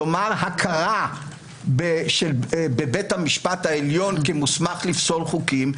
כלומר הכרה בבית המשפט העליון כמוסמך לפסול חוקים,